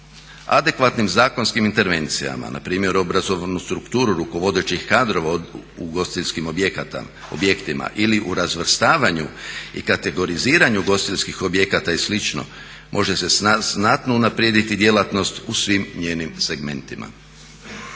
Adekvatnim zakonskim intervencijama na primjer obrazovnu strukturu rukovodećih kadrova ugostiteljskih objektima ili u razvrstavanju i kategoriziranju ugostiteljskih objekata i slično može se znatno unaprijediti djelatnost u svim njenim segmentima.